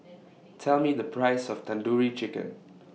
Tell Me The Price of Tandoori Chicken